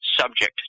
subject